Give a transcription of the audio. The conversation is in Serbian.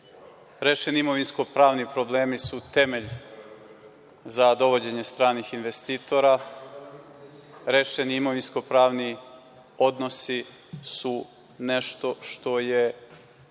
rešeno imovinsko-pravni problemi su temelj za dovođenje stranih investitora. Rešeni imovinsko-pravni odnosi su nešto što je